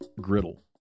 Griddle